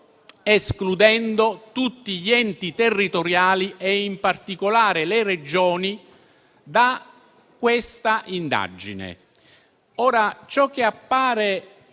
escludendo tutti gli enti territoriali, e in particolare le Regioni, da questa indagine.